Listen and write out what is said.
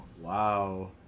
Wow